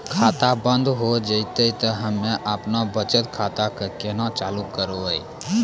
खाता बंद हो जैतै तऽ हम्मे आपनौ बचत खाता कऽ केना चालू करवै?